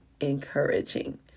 encouraging